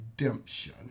redemption